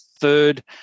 third